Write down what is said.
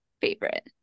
favorite